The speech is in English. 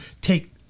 take